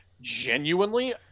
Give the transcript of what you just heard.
genuinely